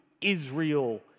Israel